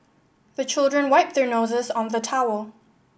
the children wipe their noses on the towel